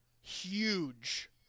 huge